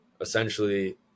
essentially